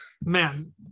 man